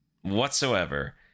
whatsoever